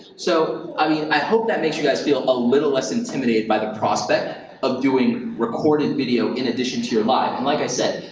so i mean i hope that makes you guys feel a little less intimidated by the prospect of doing recorded video in addition to your live. and like i said,